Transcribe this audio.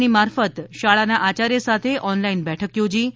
ની મારફત શાળાના આચાર્ય સાથે ઓનલાઈન બેઠક યોજી હતી